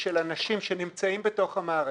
של אנשים שנמצאים במערכת.